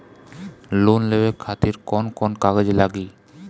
Loan लेवे खातिर कौन कौन कागज लागी?